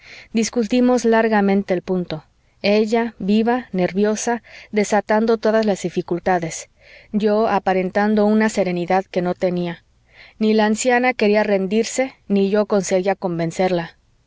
discutimos largamente el punto ella viva nerviosa desatando todas las dificultades yo aparentando una serenidad que no tenía ni la anciana quería rendirse ni yo conseguía convencerla